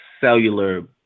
cellular